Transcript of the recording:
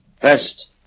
First